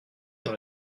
dans